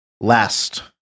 Last